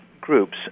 groups